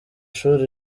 shuri